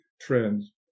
trends